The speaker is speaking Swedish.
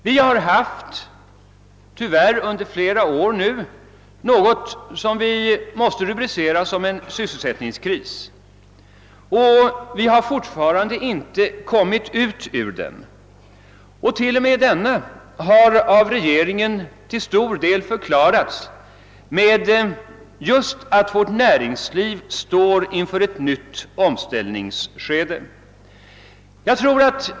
Vi har tyvärr under flera år haft något som vi måste rubricera som en sysselsättningskris och som vi ännu inte har kommit ut ur. T.o.m. denna kris har av regeringen förklarats till stor del bero på att vårt näringsliv står inför ett nytt omställningsskede.